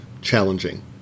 challenging